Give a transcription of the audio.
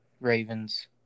Ravens